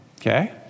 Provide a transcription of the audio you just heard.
okay